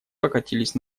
покатились